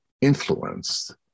influenced